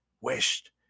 wished